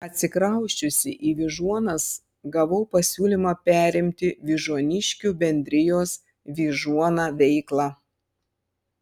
atsikrausčiusi į vyžuonas gavau pasiūlymą perimti vyžuoniškių bendrijos vyžuona veiklą